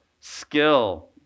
Skill